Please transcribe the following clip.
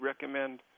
recommend